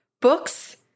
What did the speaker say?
Books